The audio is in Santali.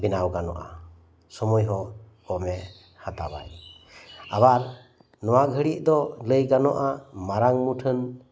ᱵᱮᱱᱟᱣ ᱜᱟᱱᱚᱜᱼᱟ ᱥᱳᱢᱳᱭ ᱦᱚᱸ ᱠᱚᱢᱮ ᱦᱟᱛᱟᱣᱟᱭ ᱟᱵᱟᱨ ᱱᱚᱶᱟ ᱜᱷᱟᱲᱤᱡ ᱫᱚ ᱞᱟᱹᱭ ᱜᱟᱱᱚᱜᱼᱟ ᱢᱟᱨᱟᱝ ᱢᱩᱴᱷᱟᱹᱱ